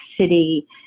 City